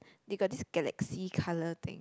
they got this galaxy colour thing